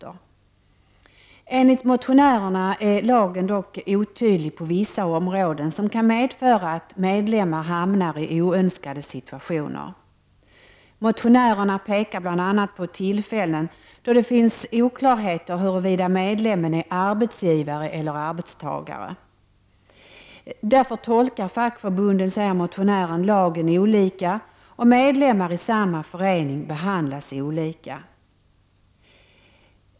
Enligt motionärerna är lagen dock otydlig i vissa avseenden, vilket kan medföra att medlemmar hamnar i oönskade situationer. Motionärerna betonar att det finns tillfällen då oklarheter råder om huruvida en medlem är arbetsgivare eller arbetstagare. Fackförbunden tolkar därför lagen olika, och medlemmar i samma förening behandlas olika.